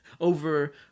over